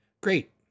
Great